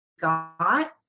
got